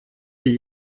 sie